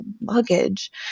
luggage